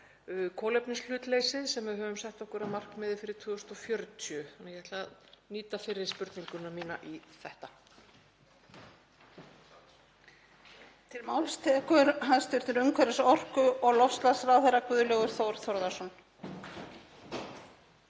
kolefnishlutleysið sem við höfum sett okkur markmið um fyrir 2040. Ég ætla að nýta fyrri spurninguna mína í þetta.